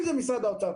אם זה משרד האוצר,